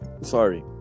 sorry